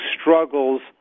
struggles